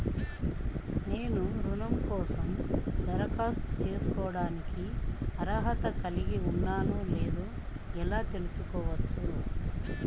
నేను రుణం కోసం దరఖాస్తు చేసుకోవడానికి అర్హత కలిగి ఉన్నానో లేదో ఎలా తెలుసుకోవచ్చు?